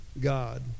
God